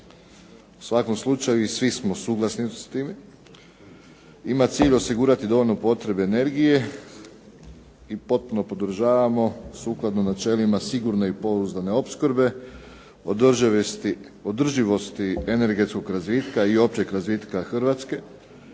u svakom slučaju i svi smo suglasni s time ima cilj osigurati dovoljnu potrebu energije i potpuno podržavamo sukladno načelima sigurne i pouzdane opskrbe održivosti energetskog razvitka i općeg razvitka Hrvatske